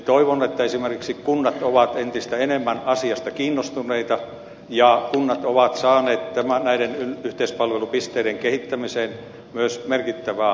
toivon että esimerkiksi kunnat ovat entistä enemmän asiasta kiinnostuneita ja kunnat ovat saaneet näiden yhteispalvelupisteiden kehittämiseen myös merkittävää avustusta